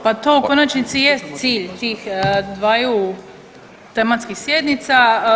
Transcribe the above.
Pa to u konačnici i jeste cilj tih dvaju tematskih sjednica.